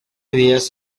crías